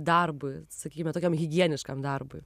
darbui sakykime tokiam higieniškam darbui